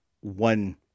one